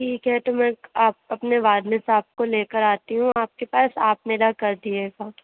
ٹھیک ہے تو میں آپ اپنے والد صاحب کو لے کرآتی ہوں آپ کے پاس آپ میرا کر دیجیے گا